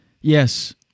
Yes